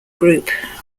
group